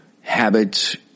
habits